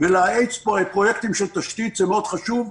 ולהאיץ פרויקטים של תשתית זה חשוב מאוד,